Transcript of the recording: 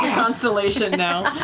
constellation now,